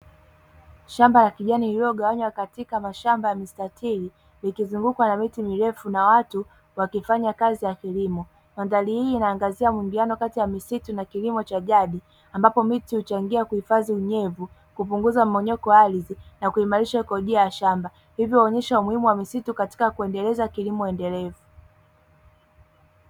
Shamba la kijani lililogawanywa katika mashamba ya mistatili likizungukwa na miti mirefu na watu, wakifanya kazi ya kilimo. Mandhari hii inaangazia mwingiliano kati ya misitu na kilimo cha jadi ambapo miti huchangia kuhifadhi unyevu, kupunguza mmomonyoko wa ardhi na kuimarisha ikodia ya shamba hivyo huonyesha umuhimu wa misitu katika kuendeleza kilimo endelevu.